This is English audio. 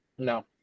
No